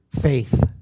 faith